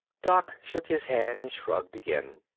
doc shook his head and shrugged again.